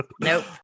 Nope